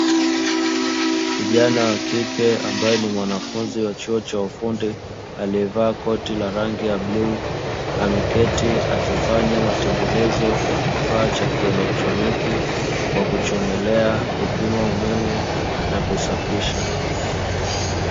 Kijana wa kike ambae ni mwanafunzi wa chuo cha ufundi aliyevaa koti la rangi ya bluu, ameketi akifanya matengenezo ya kifaa cha kielektroniki kwa: kuchomelea, kupima umeme na kusafisha.